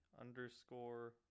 underscore